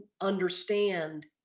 understand